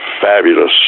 fabulous